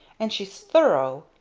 and she's thorough.